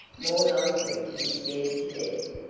more likely to be scared to death.